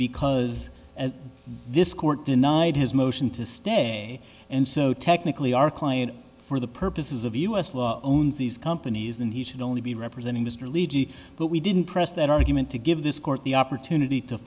because as this court denied his motion to stay and so technically our client for the purposes of us law owns these companies then he should only be representing mr ligi but we didn't press that argument to give this court the opportunity to